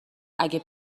اگه